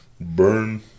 burn